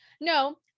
No